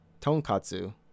tonkatsu